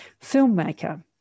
Filmmaker